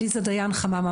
עליזה דיין חממה,